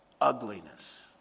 Ugliness